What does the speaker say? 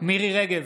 מירי מרים רגב,